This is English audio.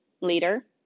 later